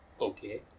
Okay